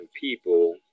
people